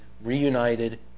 reunited